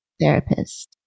therapist